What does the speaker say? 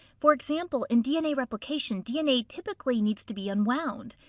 for example, in dna replication, dna typically needs to be unwound.